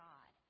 God